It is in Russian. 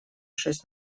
шесть